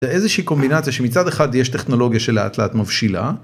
איזושהי קומבינציה שמצד אחד יש טכנולוגיה שלאט לאט מבשילה.